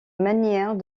manière